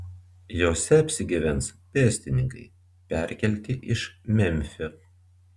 jose apsigyvens pėstininkai perkelti iš memfio